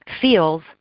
feels